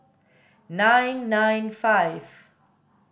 nine nine five